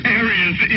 areas